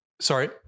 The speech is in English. Sorry